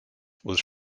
was